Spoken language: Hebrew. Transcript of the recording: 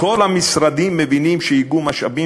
כל המשרדים מבינים שאיגום משאבים